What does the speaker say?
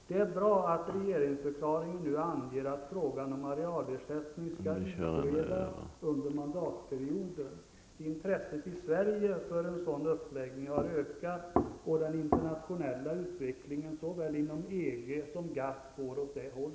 Det är bra att regeringsförklaringen nu anger att frågan om arealersättning skall utredas under mandatperioden. Intresset i Sverige för en sådan uppläggning har ökat, och den internationella utvecklingen inom såväl EG som GATT går åt samma håll.